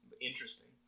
Interesting